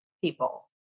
people